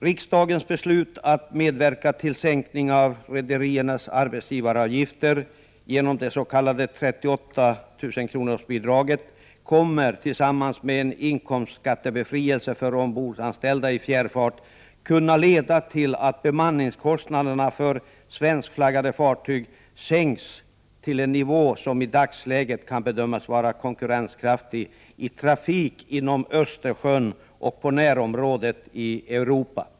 Riksdagens beslut att medverka till sänkning av rederiernas arbetsgivaravgifter genom det s.k. 38 000-kronorsbidraget kommer tillsammans med en inkomstskattebefrielse för ombordanställda i fjärrfart att kunna leda till att bemanningskostnaderna för svenskflaggade fartyg sänks till en nivå som i dagsläget kan bedömas vara konkurrenskraftig i trafik inom Östersjön och närområdet i Europa.